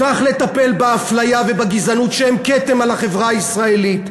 צריך לטפל באפליה ובגזענות שהן כתם על החברה הישראלית.